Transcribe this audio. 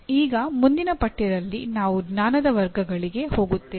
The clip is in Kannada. ಈಗ ಮುಂದಿನ ಪಠ್ಯದಲ್ಲಿ ನಾವು ಜ್ಞಾನದ ವರ್ಗಗಳಿಗೆ ಹೋಗುತ್ತೇವೆ